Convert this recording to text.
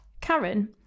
Karen